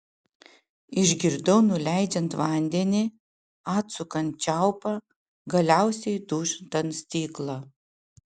išgirdau nuleidžiant vandenį atsukant čiaupą galiausiai dūžtant stiklą